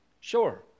Sure